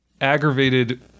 aggravated